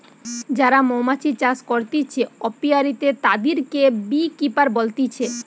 যারা মৌমাছি চাষ করতিছে অপিয়ারীতে, তাদিরকে বী কিপার বলতিছে